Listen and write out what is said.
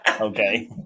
Okay